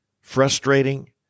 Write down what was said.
frustrating